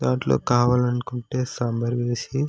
దాంట్లో కావాలనుకుంటే సాంబార్ వేసి